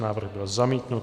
Návrh byl zamítnut.